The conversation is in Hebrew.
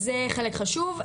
אז זה חלק חשוב,